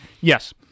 Yes